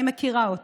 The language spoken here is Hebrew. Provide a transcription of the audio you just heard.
אני מכירה אותו,